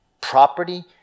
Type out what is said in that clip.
property